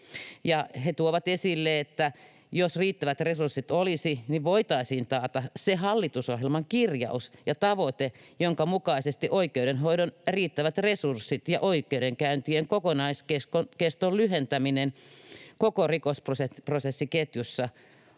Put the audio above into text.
he tuovat esille, että jos riittävät resurssit olisi, niin voitaisiin taata se hallitusohjelman kirjaus ja tavoite, jonka mukaisesti oikeudenhoidon riittävät resurssit ja oikeudenkäyntien kokonaiskeston lyhentäminen koko rikosprosessiketjussa on